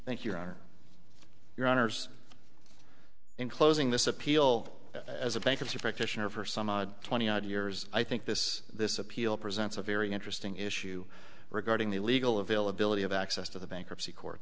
like thank your honor your honors in closing this appeal as a bankruptcy practitioner for some twenty odd years i think this this appeal presents a very interesting issue regarding the legal availability of access to the bankruptcy court